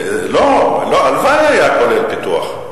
לא, הלוואי שהיה כולל פיתוח.